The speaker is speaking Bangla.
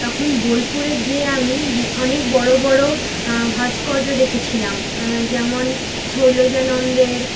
তখন বোলপুরে যেয়ে আমি বি অনেক বড়ো বড়ো ভাস্কর্য্য দেখেছিলাম যেমন শৈলজানন্দের